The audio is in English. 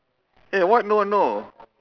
eh what no no